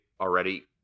already